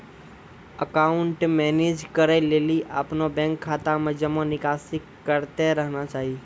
account manage करै लेली अपनो बैंक खाता मे जमा निकासी करतें रहना चाहि